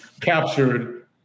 captured